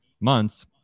months